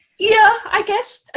yeah, i guess, ah